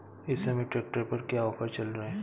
इस समय ट्रैक्टर पर क्या ऑफर चल रहा है?